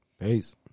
Peace